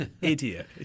Idiot